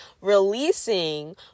releasing